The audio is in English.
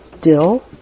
Dill